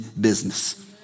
business